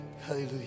Hallelujah